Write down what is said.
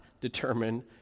determine